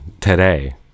today